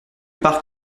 part